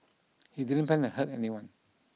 he didn't plan to hurt anyone